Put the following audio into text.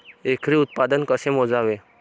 एकरी उत्पादन कसे मोजावे?